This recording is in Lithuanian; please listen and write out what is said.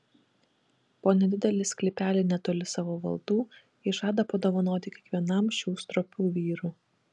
po nedidelį sklypelį netoli savo valdų ji žada padovanoti kiekvienam šių stropių vyrų